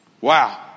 Wow